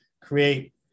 create